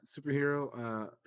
superhero